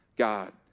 God